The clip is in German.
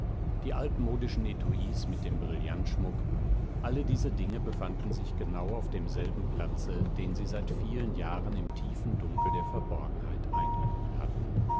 die altmodischen etuis mit dem brillantschmuck alle diese dinge befanden sich genau auf demselben platze den sie seit vielen jahren im tiefen dunkel der verborgenheit eingenommen hatten